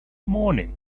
morning